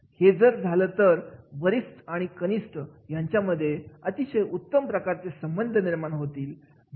हे जर झालं तर वरिष्ठ आणि कनिष्ठ यांच्यामध्ये अतिशय उत्तम प्रकारचे संबंध निर्माण होते